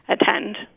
attend